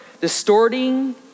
distorting